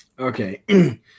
Okay